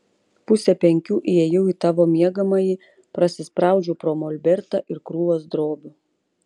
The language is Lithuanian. pusę penkių įėjau į tavo miegamąjį prasispraudžiau pro molbertą ir krūvas drobių